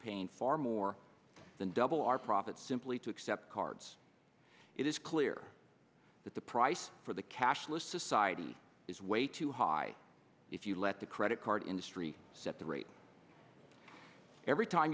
paying far more than double our profits simply to accept cards it is clear that the price for the cashless society is way too high if you let the credit card industry set the rate every time